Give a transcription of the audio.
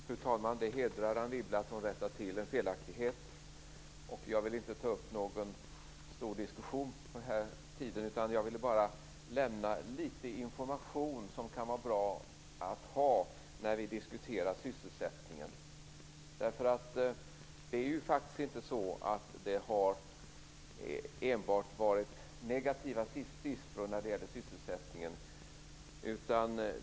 Fru talman! Det hedrar Anne Wibble att hon rättar till en felaktighet. Jag vill inte ta upp någon stor diskussion vid denna tidpunkt, utan jag vill bara lämna litet information som kan vara bra att ha när vi diskuterar sysselsättningen. Det är faktiskt inte så att det enbart varit negativa siffror för sysselsättningen.